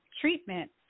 treatment